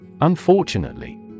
Unfortunately